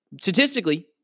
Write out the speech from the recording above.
statistically